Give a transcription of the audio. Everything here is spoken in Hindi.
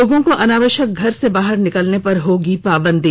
लोगों को अनावश्यक घर से बाहर निकलने पर होगी पाबंदी